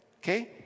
Okay